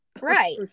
Right